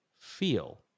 feel